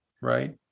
Right